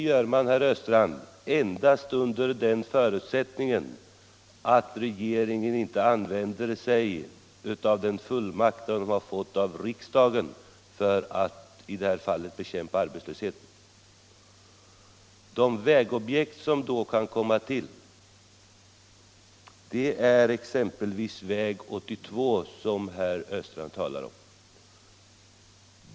Det gör man, herr Östrand, endast under förutsättning att regeringen inte använder den fullmakt den har fått av riksdagen för att i det här fallet bekämpa arbetslösheten. De vägobjekt som då kan komma till är exempelvis väg 82 som herr Östrand talade om.